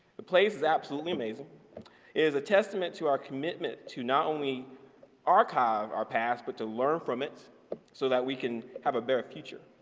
the place is absolutely amazing. it is a testament to our commitment to not only archive our past, but to learn from it so that we can have a better future.